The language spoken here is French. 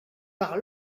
par